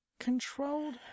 Controlled